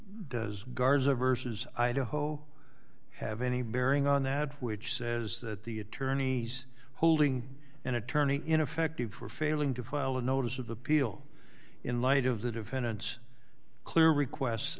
garza versus idaho have any bearing on that which says that the attorneys holding an attorney ineffective for failing to file a notice of appeal in light of the defendant's clear requests